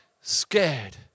scared